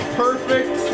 perfect